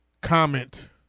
comment